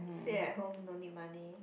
stay at home no need money